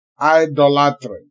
Idolatry